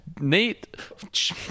Nate